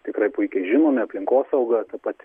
tikrai puikiai žinomi aplinkosauga ta pati